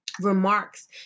remarks